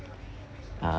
uh